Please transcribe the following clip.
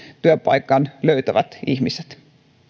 työpaikan löytävät ihmiset